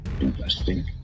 Investing